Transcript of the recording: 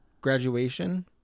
graduation